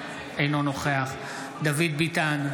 אינו נוכח דוד ביטן,